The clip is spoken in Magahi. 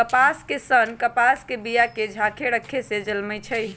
कपास के सन्न कपास के बिया के झाकेँ रक्खे से जलमइ छइ